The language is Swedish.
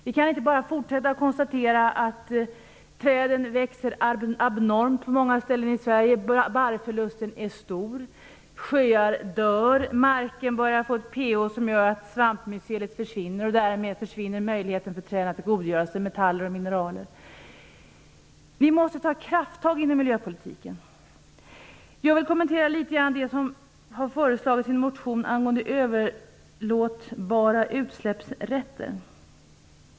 Vi kan inte bara fortsätta att konstatera att träden växer abnormt på många ställen i Sverige, att barrförlusten är stor, att sjöar dör och att marken börjar få ett pH-värde som gör att svampmycelet försvinner och därmed trädens möjligheter att tillgodogöra sig metaller och mineral också försvinner. Vi måste ta krafttag i miljöpolitiken. Jag vill kommentera litet av det som har föreslagits i motionen angående överlåtbara utsläppsrätter.